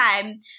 time